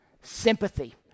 sympathy